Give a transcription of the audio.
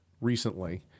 recently